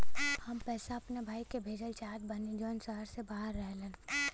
हम पैसा अपने भाई के भेजल चाहत बानी जौन शहर से बाहर रहेलन